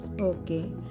Okay